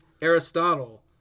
Aristotle